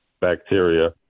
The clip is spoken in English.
bacteria